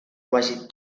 quasi